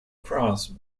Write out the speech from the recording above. cross